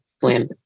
swim